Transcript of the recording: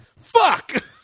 Fuck